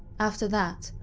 after that,